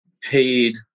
paid